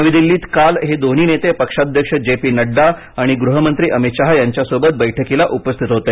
नवी दिल्लीत काल हे दोन्ही नेते पक्षाध्यक्ष जे पी नड्डा आणि गृह मंत्री अमित शहा यांच्यासोबत बैठकीला उपस्थित होते